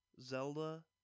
Zelda